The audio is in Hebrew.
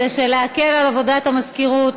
כדי להקל על עבודת המזכירות,